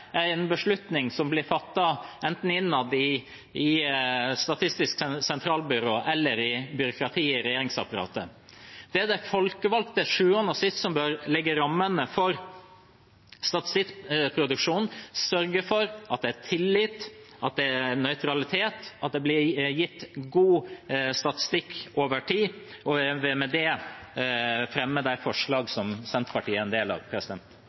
en beslutning som blir fattet enten innad i Statistisk sentralbyrå eller i byråkratiet i regjeringsapparatet. Det er de folkevalgte som til syvende og sist bør legge rammene for statistikkproduksjonen, sørge for at det er tillit, at det er nøytralitet, at det blir gitt god statistikk over tid. Jeg vil med det fremme forslagene fra Senterpartiet.